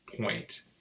point